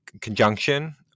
conjunction